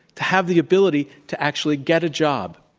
to have the ability to actually get a job,